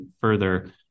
further